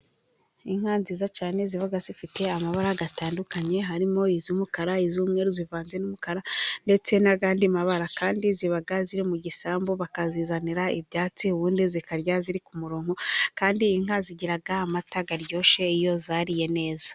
Inka nziza cyane ziba zifite amabara atandukanye, harimo iz'umukara, iz'umweru zivanze n'umukara, ndetse n'ayandi mabara, kandi ziba ziri mu gisambu bakazizanira ibyatsi ubundi zikarya ziri ku murongo, kandi inka zigira amata aryoshye iyo zariye neza.